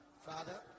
Father